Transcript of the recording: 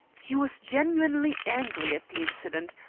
he was genuinely angry at the incident,